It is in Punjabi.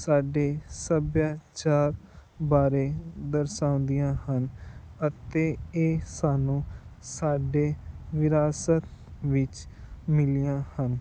ਸਾਡੇ ਸੱਭਿਆਚਾਰ ਬਾਰੇ ਦਰਸਾਉਂਦੀਆਂ ਹਨ ਅਤੇ ਇਹ ਸਾਨੂੰ ਸਾਡੇ ਵਿਰਾਸਤ ਵਿੱਚ ਮਿਲੀਆਂ ਹਨ